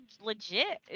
legit